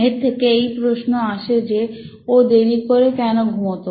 এর থেকে এই প্রশ্ন আসে যে ও দেরি করে কেন ঘুমাতো